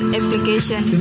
application